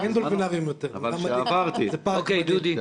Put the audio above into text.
אין דולפינריום יותר, זה פארק מדהים.